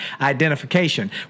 identification